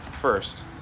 First